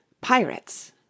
Pirates